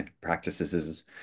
practices